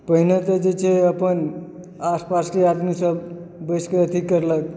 पहिने तऽ जे छै अपन आसपासके आदमी सब बैस कऽ अथी करलक